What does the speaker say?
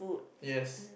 yes